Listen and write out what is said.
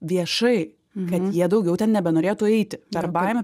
viešai kad jie daugiau ten nebenorėtų eiti per baimę